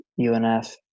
UNF